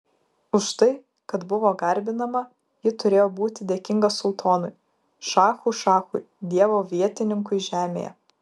už tai kad buvo garbinama ji turėjo būti dėkinga sultonui šachų šachui dievo vietininkui žemėje